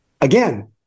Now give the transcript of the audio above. again